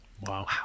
Wow